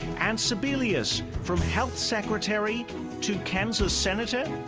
and sebelius, from health secretary to kansas senator?